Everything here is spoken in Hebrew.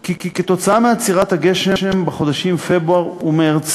כי כתוצאה מעצירת הגשם בחודשים פברואר ומרס